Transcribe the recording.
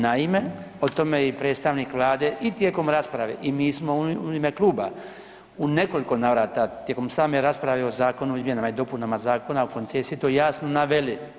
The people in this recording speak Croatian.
Naime, o tome je i predstavnik Vlade i tijekom rasprave i mi smo u ime kluba u nekoliko navrata tijekom same rasprave o zakonu o izmjenama i dopunama Zakona o koncesiji to jasno naveli.